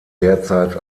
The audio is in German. derzeit